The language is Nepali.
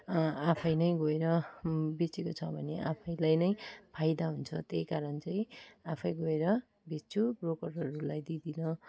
आफैँ नै गएर बेचेको छ भने आफैँलाई नै फाइदा हुन्छ त्यही कारण चाहिँ आफैँ गएर बेच्छु ब्रोकरहरूलाई दिदिनँ